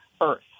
earth